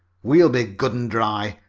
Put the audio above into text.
we'll be good and dry.